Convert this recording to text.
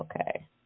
Okay